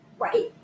Right